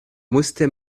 musste